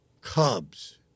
Cubs